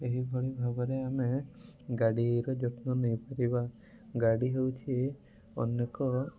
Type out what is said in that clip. ଏହିଭଳି ଭାବରେ ଆମେ ଗାଡ଼ିର ଯତ୍ନ ନେଇପାରିବା ଗାଡ଼ି ହେଉଛି ଅନେକ